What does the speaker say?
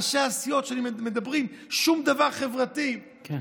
ראשי הסיעות, שמדברים שום דבר חברתי, כן.